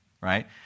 Right